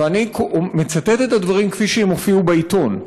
ואני מצטט את הדברים כפי שהם הופיעו בעיתון.